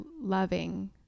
loving